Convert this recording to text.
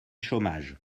chômage